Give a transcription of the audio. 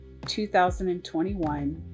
2021